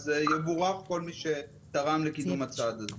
אז יבורך כל מי שתרם לקידום הצעד הזה.